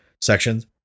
sections